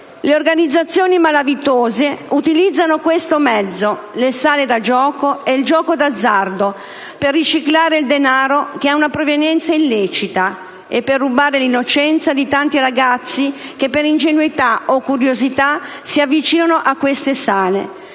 Le organizzazioni malavitose utilizzano questo mezzo, le sale gioco e il gioco d'azzardo, per riciclare il denaro che ha una provenienza illecita e per rubare l'innocenza di tanti ragazzi che per ingenuità o curiosità si avvicinano a queste sale.